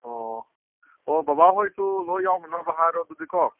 ꯑꯣ ꯑꯣ ꯕꯕꯥ ꯍꯣꯏꯁꯨ ꯂꯣꯏ ꯌꯥꯎꯅꯅꯕ ꯍꯥꯏꯔꯣ ꯑꯗꯨꯗꯤꯀꯣ